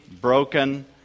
broken